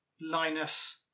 Linus